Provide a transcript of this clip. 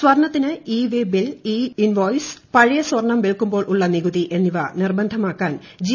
സ്വർണത്തിന് e way bill e invoice പഴയ സ്വർണം വിൽക്കുമ്പോൾ ഉള്ള നികുതി എന്നിവ നിർബന്ധമാക്കാൻ ജി